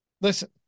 Listen